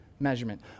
measurement